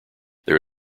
there